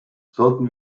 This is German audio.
sollten